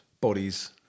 bodies